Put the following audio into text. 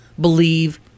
believe